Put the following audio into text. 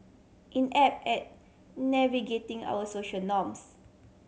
inept at navigating our social norms